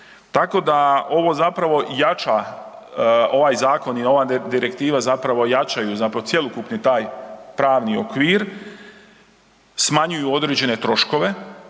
Tako da, ovo zapravo jača, ovaj zakon i ova Direktiva zapravo jačaju zapravo cjelokupni taj pravni okvir, smanjuju određene troškove,